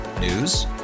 News